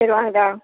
சரி வாங்க தரோம்